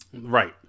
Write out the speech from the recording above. Right